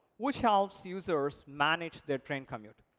which helps users manage their train commute.